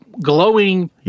glowing